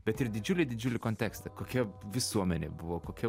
bet ir didžiulį didžiulį kontekstą kokia visuomenė buvo kokia